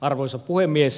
arvoisa puhemies